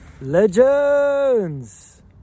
Legends